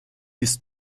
ist